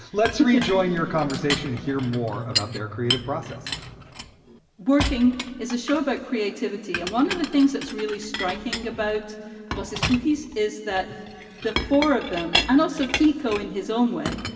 let's rejoin your conversation, hear more about their creative process working is a show about creativity, and one of the things that's really striking about loss is spookies, is that the four of them and also teco in his own way,